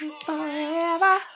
Forever